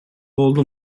oldu